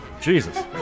Jesus